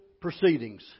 proceedings